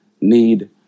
need